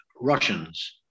Russians